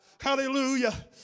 Hallelujah